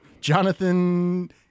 jonathan